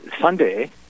Sunday